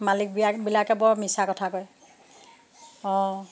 মালিকবিয়া বিলাকে বৰ মিছা কথা কয় অ'